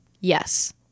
Yes